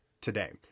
today